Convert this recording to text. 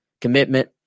commitment